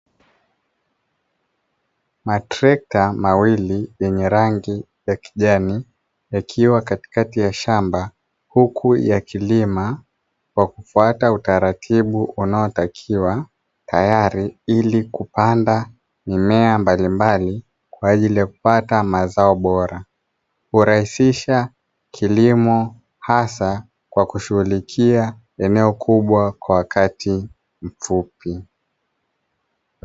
Matrekta mawili yenye rangi ya kijani yakiwa katikati ya shamba huku yakilima kwa kufwata utaratibu unaotakiwa, tayari ili kupanda mimea mbalimbali kwa ajili ya kupata mazao bora. Kurahisisha kilimo hasa kwa kushughulikia eneo kubwa kwa wakati mfupi.